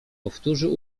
powtórzył